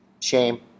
Shame